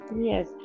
Yes